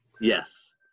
Yes